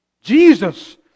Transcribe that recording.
Jesus